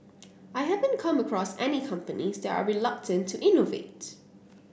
I haven't come across any companies that are reluctant to innovate